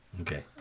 Okay